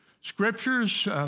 Scriptures